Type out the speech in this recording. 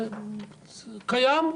קיים,